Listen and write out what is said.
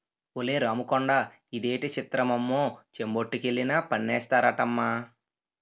ఒలే రాముకొండా ఇదేటి సిత్రమమ్మో చెంబొట్టుకెళ్లినా పన్నేస్తారటమ్మా